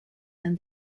and